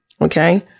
Okay